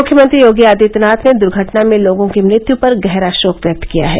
मुख्यमंत्री योगी आदित्यनाथ ने दुर्घटना में लोगों की मृत्यू पर गहरा शोक व्यक्त किया है